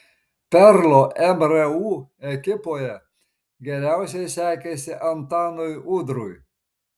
perlo mru ekipoje geriausiai sekėsi antanui udrui